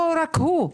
לא רק הוא.